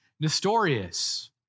Nestorius